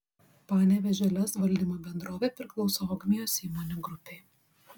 panevėžio lez valdymo bendrovė priklauso ogmios įmonių grupei